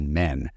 men